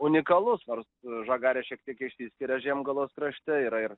unikalus nors žagarė šiek tiek išsiskyria žiemgalos krašte yra ir